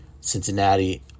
Cincinnati